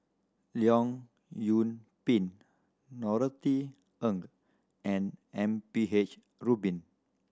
Leong Yoon Pin Norothy Ng and M P H Rubin